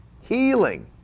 healing